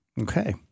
okay